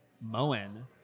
Moen